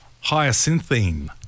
Hyacinthine